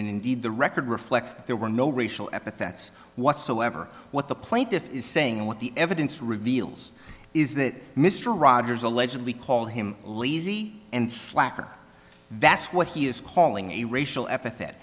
indeed the record reflects that there were no racial epithets whatsoever what the plaintiff is saying and what the evidence reveals is that mr rogers allegedly called him lazy and slacker that's what he is calling a racial epithet